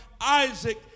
Isaac